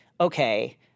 okay